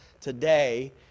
today